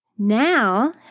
Now